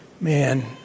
man